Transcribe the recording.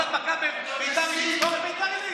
אם יש 30% הדבקה ברחובות, תסגור את רחובות.